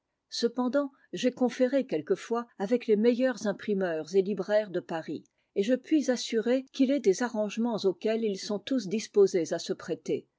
cependant j'ai conféré quelquefois avec les meilleurs imprimeurs et libraires de paris et je puis assurer qu'il est des arrangements auxquels ils sont tous disposés à se prêter